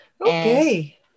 Okay